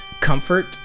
comfort